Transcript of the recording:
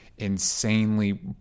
insanely